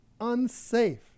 unsafe